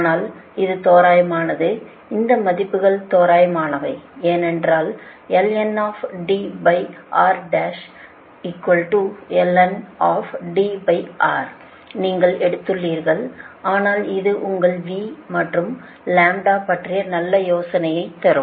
ஆனால் இது தோராயமானது இந்த மதிப்புகள் தோராயமானவை ஏனென்றால் ஐ நீங்கள் எடுத்துள்ளீர்கள் ஆனால் இது உங்கள் V மற்றும் லாம்ப்டா பற்றிய நல்ல யோசனையைத் தரும்